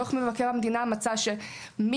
דוח מבקר המדינה מצא שמתחילת